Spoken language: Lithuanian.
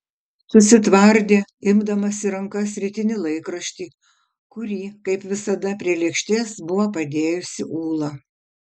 susitvardė imdamas į rankas rytinį laikraštį kurį kaip visada prie lėkštės buvo padėjusi ūla